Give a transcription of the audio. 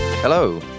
Hello